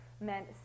meant